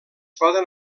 poden